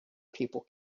people